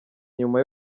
nyuma